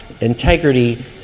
integrity